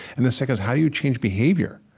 and the second is, how do you change behavior?